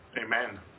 Amen